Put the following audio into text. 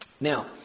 Now